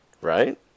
Right